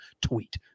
tweet